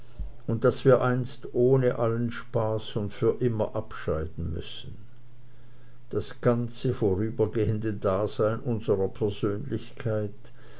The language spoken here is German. und daß wir einst ohne allen spaß und für immer abscheiden müssen das ganze vorübergehende dasein unserer persönlichkeit